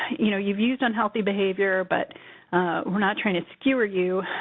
you know you've used unhealthy behavior, but we're not trying to skewer you,